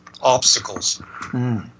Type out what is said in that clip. obstacles